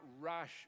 rush